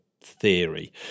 theory